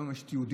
היום יש תיעוד,